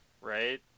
right